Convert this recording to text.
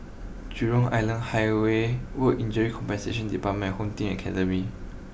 Jurong Island Highway Work Injury Compensation Department and Home Team Academy